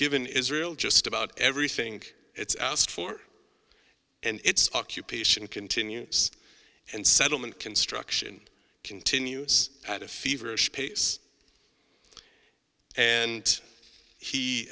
given israel just about everything it's asked for and its occupation continues and settlement construction continues at a feverish pace and he